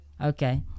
Okay